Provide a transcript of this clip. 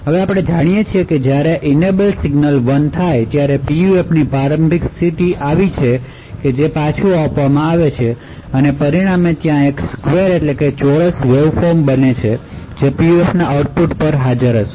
હવે આપણે જાણીએ છીએ જ્યારે ઈનેબલે સિગ્નલ 1 છે ત્યાં PUFની પ્રારંભિક સ્થિતિ છે જે પાછું આપવામાં આવે છે અને પરિણામે ત્યાં એક ચોરસ વેવફોર્મ છે જે PUFના આઉટપુટ પર આવે છે